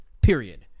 Period